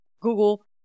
Google